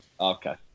Okay